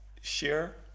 share